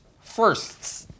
firsts